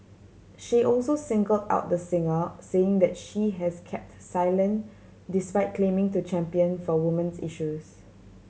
she also singled out the singer saying that she has kept silent despite claiming to champion for woman's issues